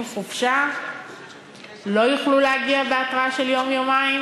חופשה ולא יוכלו להגיע בהתרעה של יום-יומיים?